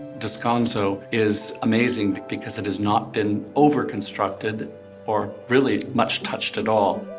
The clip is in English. descanso is amazing because it has not been over constructed or really much touched at all.